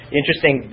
interesting